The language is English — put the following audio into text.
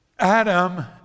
Adam